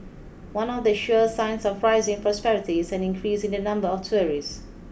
one of the sure signs of rising prosperity is an increase in the number of tourists